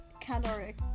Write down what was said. caloric